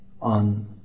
on